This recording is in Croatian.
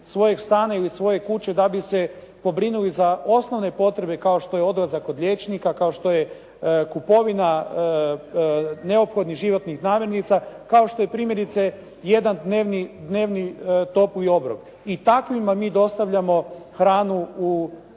svojeg stana ili svoje kuće da bi se pobrinuli za osnovne potrebe kao što je odlazak kod liječnika, kao što je kupovina neophodnih životnih namirnica, kao što je primjerice jedan dnevni topli obrok. I takvima mi dostavljamo hranu u